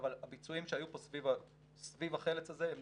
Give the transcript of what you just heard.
אבל הביצועים שהיו פה סביב החל"צ הזה הם